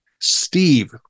Steve